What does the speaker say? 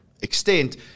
extent